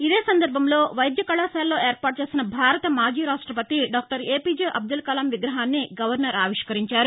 ఇదే సందర్భంలో వైద్య కళాశాలలో ఏర్పాటు చేసిన భారత మాజీ రాష్టపతి డాక్టర్ ఎపిజె అబ్దల్ కలాం విగ్రహాన్ని గవర్నర్ ఆవిష్కరించారు